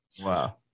Wow